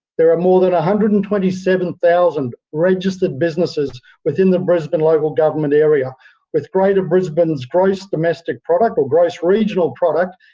there are more than one hundred and twenty seven thousand registered businesses within the brisbane local government area with greater brisbane's gross domestic product, or gross regional product,